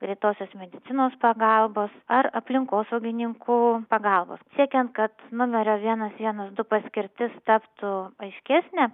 greitosios medicinos pagalbos ar aplinkosaugininkų pagalbos siekiant kad numerio vienas vienas du paskirtis taptų aiškesnė